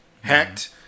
hacked